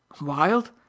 Wild